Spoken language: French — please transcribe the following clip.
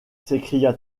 s’écria